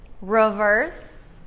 Reverse